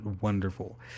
wonderful